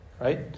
Right